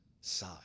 side